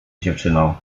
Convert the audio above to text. dziewczyną